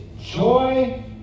joy